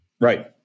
Right